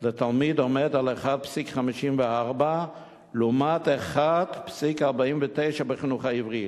לתלמיד עומד על 1.54 לעומת 1.49 בחינוך העברי.